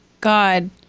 god